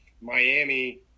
miami